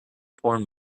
porn